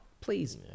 please